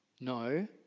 No